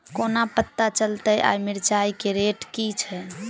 कोना पत्ता चलतै आय मिर्चाय केँ रेट की छै?